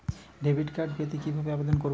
Debit card পেতে কিভাবে আবেদন করব?